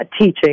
teaching